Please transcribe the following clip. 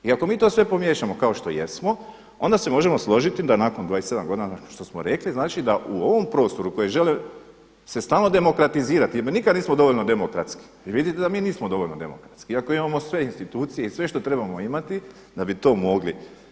I ako mi to sve pomiješamo kao što jesmo, onda se možemo složiti da nakon 27 godina nakon što smo rekli, znači da u ovom prostoru koji žele se stalno demokratizirati jel mi nismo dovoljno demokratski, vi vidite da mi nismo dovoljno demokratski iako imamo sve institucije i sve što trebamo imati da bi to mogli.